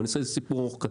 אני אעשה את זה סיפור קצר.